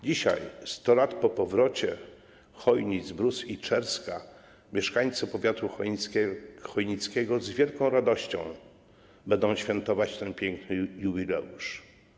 Dzisiaj, 100 lat po powrocie Chojnic, Brus i Czerska, mieszkańcy powiatu chojnickiego z wielką radością będą świętować ten piękny jubileusz.